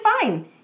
fine